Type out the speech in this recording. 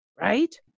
right